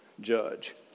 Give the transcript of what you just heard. judge